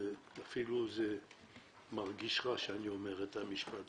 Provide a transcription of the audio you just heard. זה אפילו מרגיש רע שאני אומר את המשפט,